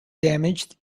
damaged